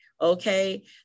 Okay